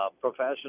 professional